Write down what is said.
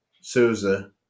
Souza